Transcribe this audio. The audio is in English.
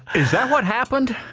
is that what happened?